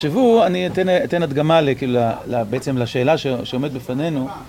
תחשבו, אני אתן הדגמה בעצם לשאלה שעומדת בפנינו.